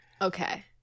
okay